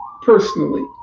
Personally